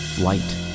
light